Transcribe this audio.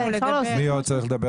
מי עוד צריך לדבר